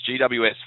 GWS